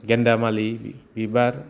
गेन्दा मालि बिबार